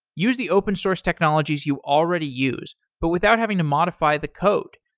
use the open source technologies you already use, but without having to modify the code,